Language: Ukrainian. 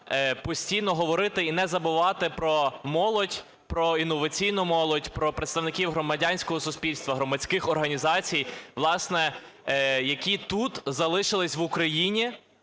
постійно говорити і не забувати про молодь, про інноваційну молодь, про представників громадянського суспільства, громадських організацій, власне, які тут залишились, в Україні,